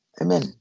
Amen